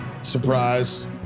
surprise